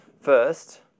First